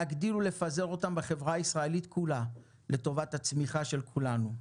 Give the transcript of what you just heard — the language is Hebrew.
להגדיר ולפזר אותם בחברה הישראלית כולה לטובת הצמיחה של כולנו.